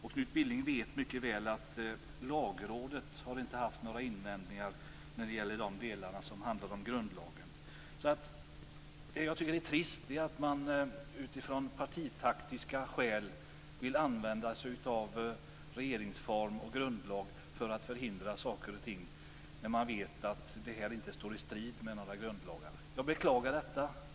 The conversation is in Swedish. Knut Billing vet mycket väl att Lagrådet inte har haft några invändningar mot de delar som handlar om grundlagen. Det som jag tycker är trist är att de utifrån partitaktiska skäl vill använda sig av regeringsform och grundlag för att förhindra saker och ting när de vet att detta inte står i strid mot några grundlagar. Jag beklagar detta.